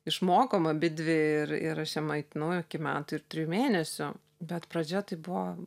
išmokom abidvi ir ir aš ją maitinau iki metų ir trijų mėnesių bet pradžia tai buvo